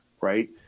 Right